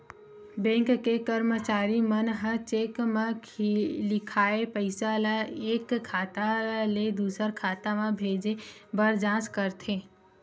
bank के करमचारी मन ह चेक म लिखाए पइसा ल एक खाता ले दुसर खाता म भेजे बर जाँच करथे